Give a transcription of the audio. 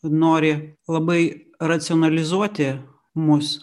nori labai racionalizuoti mus